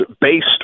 based